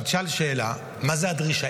תישאל השאלה: מה זה דרישה?